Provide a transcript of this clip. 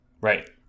Right